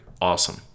awesome